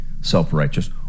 self-righteous